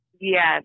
Yes